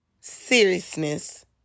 seriousness